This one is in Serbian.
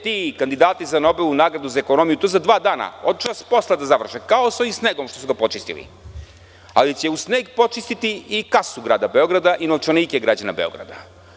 Ti kandidati za Nobelovu nagradu za ekonomiju će za dva dana, očas posla da završe, kao i sa ovim snegom što su ga počistili, ali će uz sneg počistiti i kasu Grada Beograda i novčanike građana Beograda.